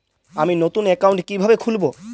আমি নতুন অ্যাকাউন্ট কিভাবে খুলব?